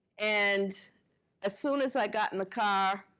and as soon as i got in the car,